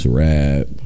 rap